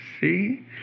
see